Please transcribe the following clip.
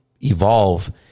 evolve